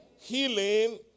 Healing